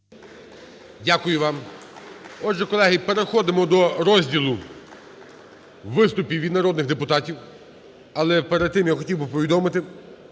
Дякую вам. Отже, колеги, переходимо до розділу виступів від народних депутатів. Але перед тим я хотів би повідомити,